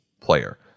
player